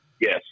Yes